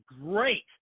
great